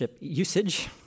usage